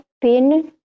pin